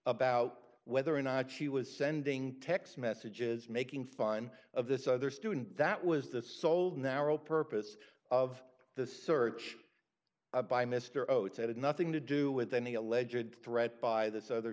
about whether or not she was sending text messages making fun of this other student that was the sole narrow purpose of the search by mr oates had nothing to do with any allegedly threat by this other